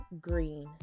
green